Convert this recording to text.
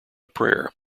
prayer